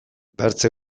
bertze